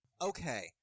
Okay